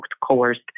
coerced